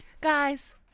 guys